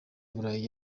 burayi